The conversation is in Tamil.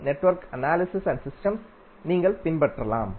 Roy Choudhury network and systems நீங்கள் பின்பற்றலாம்